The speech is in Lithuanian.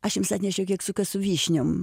aš jums atnešiau keksiuką su vyšniom